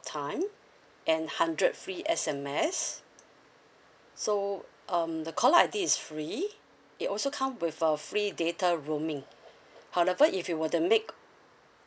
time and hundred free S_M_S so um the caller I_D is free it also come with a free data roaming however if you want to make